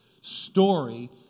story